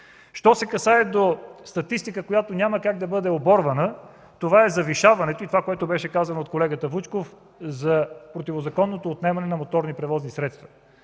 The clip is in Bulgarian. Що се касае до статистика, която няма как да бъде оборвана, това е завишаването – това, което беше казано от колегата Вучков, за противозаконното отнемане на моторните превозни средства.